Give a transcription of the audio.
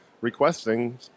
requesting